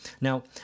Now